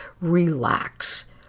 relax